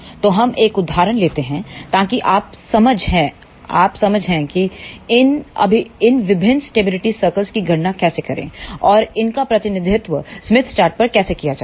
तो हम एक उदाहरण लेते हैं ताकि आप समझ हैं कि इन विभिन्न स्टेबिलिटी सर्कल्स की गणना कैसे करें और इनका प्रतिनिधित्व स्मिथ चार्ट पर कैसे किया जाता है